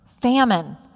famine